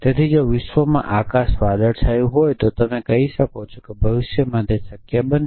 તેથી જો વિશ્વમાં આકાશ વાદળછાયું હોય તો તમે કહી શકો છો કે ભવિષ્યમાં તે શક્ય બનશે